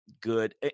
Good